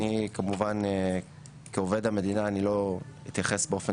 כמובן כעובד המדינה אני לא אתייחס באופן